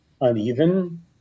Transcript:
uneven